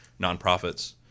nonprofits